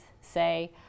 say